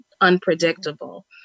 unpredictable